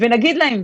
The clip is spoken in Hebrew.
ונגיד להם,